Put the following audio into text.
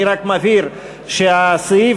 על-פי בקשתו של חבר הכנסת יצחק הרצוג אני רק מבהיר שהסעיף